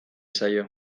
zaio